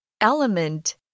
Element